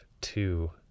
two